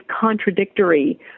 contradictory